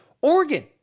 Oregon